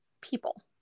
people